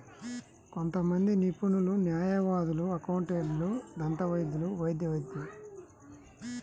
కొంతమంది నిపుణులు, న్యాయవాదులు, అకౌంటెంట్లు, దంతవైద్యులు, వైద్య వైద్యులు